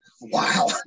Wow